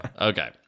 Okay